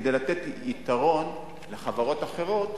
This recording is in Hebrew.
כדי לתת יתרון לחברות אחרות,